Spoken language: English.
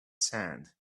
sand